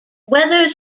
whether